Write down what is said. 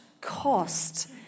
cost